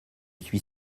suis